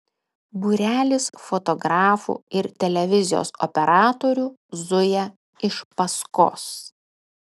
būrelis fotografų ir televizijos operatorių zuja iš paskos